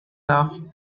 laugh